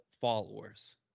followers